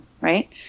right